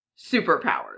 superpowers